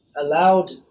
allowed